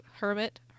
hermit